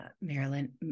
Marilyn